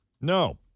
No